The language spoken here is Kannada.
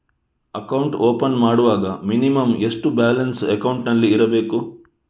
ಅಕೌಂಟ್ ಓಪನ್ ಮಾಡುವಾಗ ಮಿನಿಮಂ ಎಷ್ಟು ಬ್ಯಾಲೆನ್ಸ್ ಅಕೌಂಟಿನಲ್ಲಿ ಇರಬೇಕು?